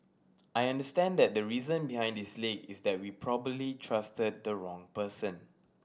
I understand that the reason behind this leak is that we probably trusted the wrong person